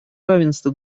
равенства